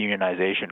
unionization